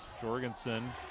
Jorgensen